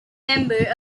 member